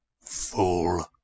Fool